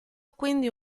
quindi